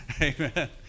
amen